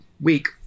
week